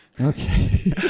Okay